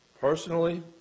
Personally